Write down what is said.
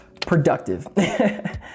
productive